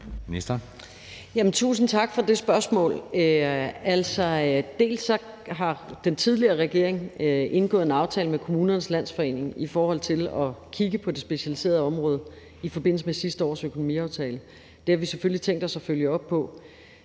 Tusind tak for det spørgsmål. Altså, den tidligere regering har indgået en aftale med Kommunernes Landsforening i forhold til at kigge på det specialiserede område i forbindelse med sidste års økonomiaftale. Det har vi selvfølgelig tænkt os at følge op på.